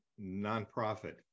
nonprofit